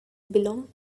belong